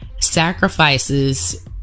sacrifices